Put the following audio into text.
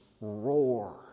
roar